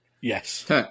Yes